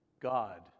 God